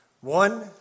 One